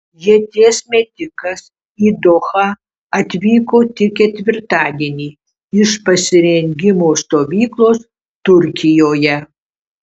ieties metikas į dohą atvyko tik ketvirtadienį iš pasirengimo stovyklos turkijoje